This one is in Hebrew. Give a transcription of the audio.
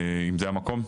אם זה המקום.